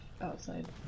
outside